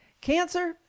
Cancer